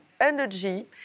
energy